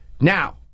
Now